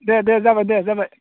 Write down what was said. दे दे जाबाय दे जाबाय